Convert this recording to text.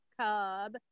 cub